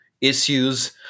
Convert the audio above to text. issues